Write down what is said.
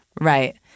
Right